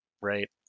right